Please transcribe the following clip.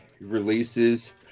releases